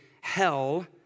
hell